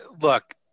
look